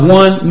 one